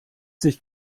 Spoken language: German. sich